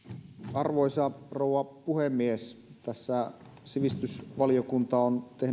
arvoisa rouva puhemies tässä sivistysvaliokunta on tehnyt